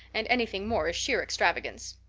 and anything more is sheer extravagance.